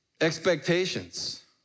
expectations